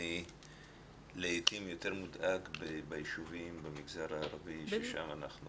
אני לעתים יותר מודאג ביישובים במגזר הערבי ששם אנחנו